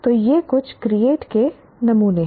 तो ये कुछ क्रिएट के नमूने हैं